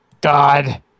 God